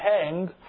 hang